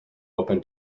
open